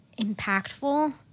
impactful